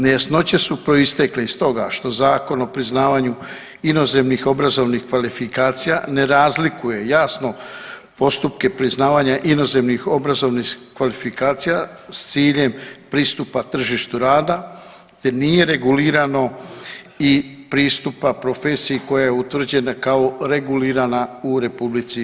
Nejasnoće su proistekle iz toga što Zakon o priznavanju inozemnih obrazovnih kvalifikacija ne razlikuje jasno postupke priznavanja inozemnih obrazovnih kvalifikacija s ciljem pristupa tržištu rada te nije regulirano i pristupa profesiji koja je utvrđena kao regulirana u RH.